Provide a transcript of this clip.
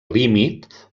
límit